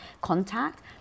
contact